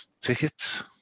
tickets